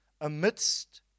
amidst